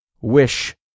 wish